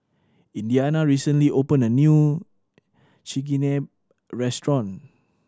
Indiana recently opened a new Chigenabe Restaurant